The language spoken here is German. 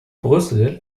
brüssel